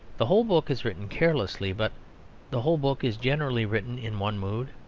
the whole book is written carelessly but the whole book is generally written in one mood.